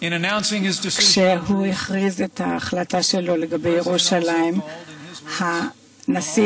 (מחיאות כפיים) בהכרזה על החלטתו בנושא ירושלים קרא הנשיא